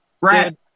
Brad